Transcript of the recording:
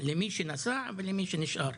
למי שנסע ולמי שנשאר.